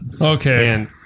Okay